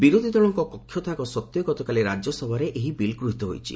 ବିରୋଧୀ ଦଳଙ୍କ କକ୍ଷତ୍ୟାଗ ସତ୍ତ୍ୱେ ଗତକାଲି ରାଜ୍ୟସଭାରେ ଏହି ବିଲ୍ ଗୃହୀତ ହୋଇଛି